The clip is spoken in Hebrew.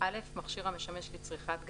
מכשיר המשמש לצריכת גז,